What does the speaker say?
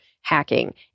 hacking